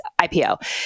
IPO